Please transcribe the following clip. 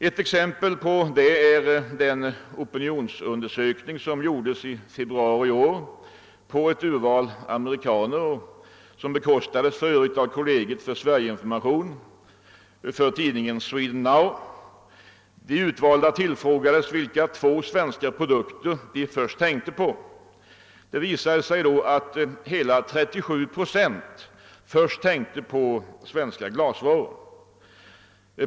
Ett exempel härpå är den opinionsundersökning som gjordes i februari i år med ett urval amerikaner och som bekostades av Kollegiet för Sverigeinformation för tidningen >»Sweden Now«. De utvalda tillfrågades vilka två svenska produkter de först tänkte på. Det visade sig då att hela 37 procent först tänkte på svenska glasvaror.